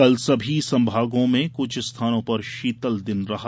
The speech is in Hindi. कल सभी संभागों में कुछ स्थानों पर शीतलदिन रहा